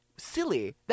Silly